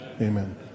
Amen